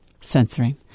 censoring